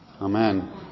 Amen